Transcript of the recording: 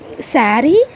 sari